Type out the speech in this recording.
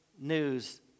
news